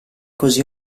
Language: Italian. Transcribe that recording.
così